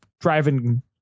driving